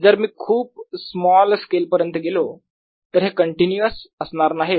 जर मी खूप स्मॉल स्केल पर्यंत गेलो तर हे कंटीन्यूअस असणार नाहीत